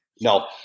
No